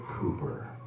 cooper